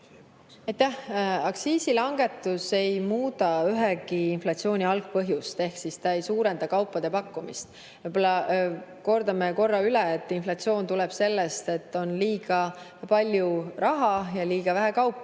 Aktsiisilangetus ei muuda ühegi inflatsiooni algpõhjust ehk ta ei suurenda kaupade pakkumist. Kordame veel korra üle, et inflatsioon tuleb sellest, et on liiga palju raha ja liiga vähe kaupu.